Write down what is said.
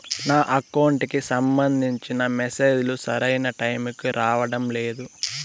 నా అకౌంట్ కి సంబంధించిన మెసేజ్ లు సరైన టైముకి రావడం లేదు